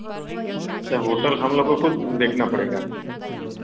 sir hotel हम लोगों को खुद देखना पड़ेगा